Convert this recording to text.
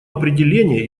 определения